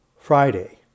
Friday